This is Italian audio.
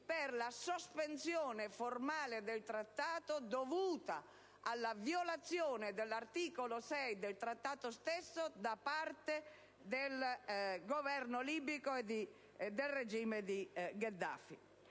per la sospensione formale del Trattato, dovuta alla violazione dell'articolo 6 del Trattato stesso da parte del Governo libico, da parte del regime di Gheddafi.